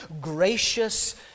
gracious